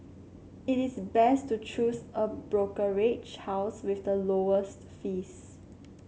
it is best to choose a brokerage house with the lowest fees